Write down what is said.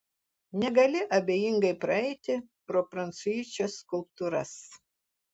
negali abejingai praeiti pro prancuičio skulptūras